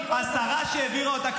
השרה שהעבירה אותה,